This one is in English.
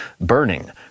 Burning